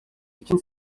için